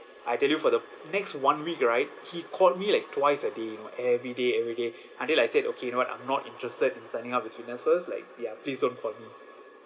I tell you for the next one week right he called me like twice a day you know every day every day until like I said okay you know what I'm not interested in signing up with fitness first like ya please don't call me